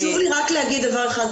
חשוב לי רק להגיד דבר אחד.